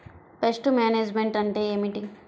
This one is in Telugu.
పెస్ట్ మేనేజ్మెంట్ అంటే ఏమిటి?